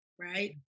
right